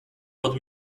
pod